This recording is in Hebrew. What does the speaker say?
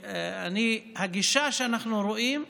הגישה שאנחנו רואים,